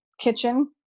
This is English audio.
kitchen